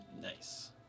Nice